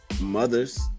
mothers